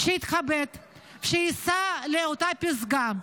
שיתכבד וייסע לאותה פסגה,